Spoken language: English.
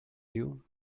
you